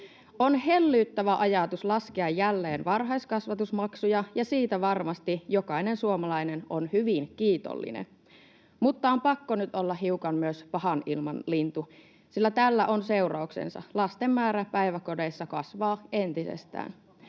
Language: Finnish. On hellyttävä ajatus laskea jälleen varhaiskasvatusmaksuja, ja siitä varmasti jokainen suomalainen on hyvin kiitollinen, mutta on pakko nyt olla hiukan myös pahanilmanlintu, sillä tällä on seurauksensa: lasten määrä päiväkodeissa kasvaa entisestään.